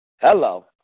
Hello